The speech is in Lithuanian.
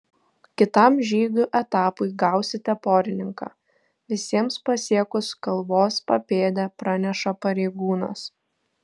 kitam žygių etapui gausite porininką visiems pasiekus kalvos papėdę praneša pareigūnas